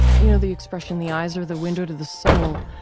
you know the expression, the eyes are the window to the soul?